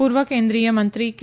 પૂર્વ કેન્દ્રિય મંત્રી કે